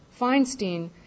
Feinstein